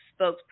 spokesperson